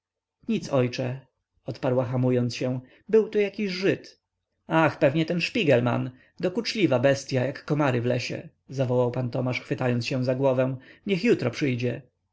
nic ojcze odparła hamując się był tu jakiś żyd ach pewnie ten szpigelman dokuczliwa bestya jak komary w lesie zawołał pan tomasz chwytając się za głowę niech jutro przyjdzie